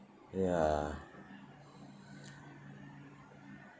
ya